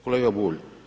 Kolega Bulj.